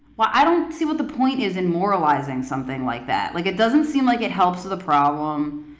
well, i don't see what the point is in moralizing something like that. like, it doesn't seem like it helps the problem.